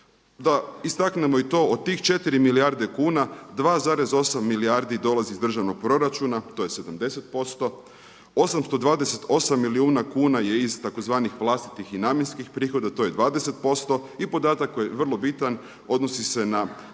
Da istaknemo i to od tih 4 milijarde kuna 2,8 milijardi dolazi iz državnog proračuna to je 70%, 828 milijuna kuna je iz tzv. vlastitih i namjenskih prihoda to je 20% i podatak koji je vrlo bitan odnosi se na